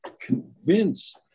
convince